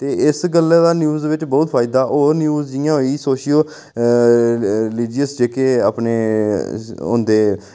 ते इस गल्ला दा न्यूज बिच बहुत फायदा होर न्यूज जि'यां होई सोशियो रिलीजीअस जेह्के अपने होंदे